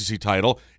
title